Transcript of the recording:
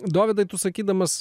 dovydai tu sakydamas